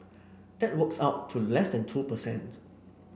that works out to less than two per cent